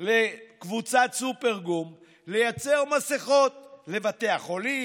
לקבוצת סופרגום לייצור מסכות לבתי החולים,